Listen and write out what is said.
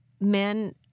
men